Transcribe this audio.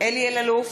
אלי אלאלוף,